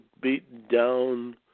beat-down